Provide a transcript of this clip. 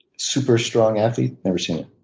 super strong athlete? never seen